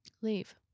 leave